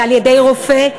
על-ידי רופא.